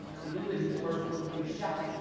and we would be the first ones to be shot.